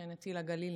שכנתי לגליל,